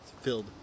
filled